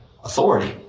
Authority